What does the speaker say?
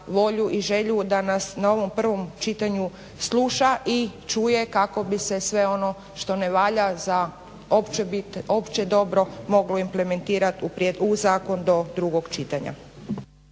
volju i želju da nas na ovom prvom čitanju sluša i čuje kako bi se sve ono što ne valja za opće dobro moglo implementirat u zakon do drugog čitanja.